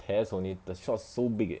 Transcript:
test only the shot so big eh